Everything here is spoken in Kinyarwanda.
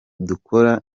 dukora